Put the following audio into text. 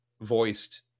voiced